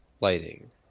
lighting